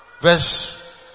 verse